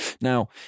Now